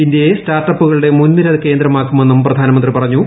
ഇന്ത്യയെ സ്റ്റാർട്ടപ്പുകളുടെ മുൻനിര കേന്ദ്രമാക്കുമെന്നും പ്രധാനമന്ത്രി പറഞ്ഞു